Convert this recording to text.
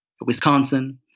Wisconsin